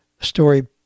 story